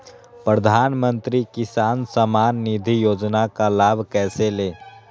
प्रधानमंत्री किसान समान निधि योजना का लाभ कैसे ले?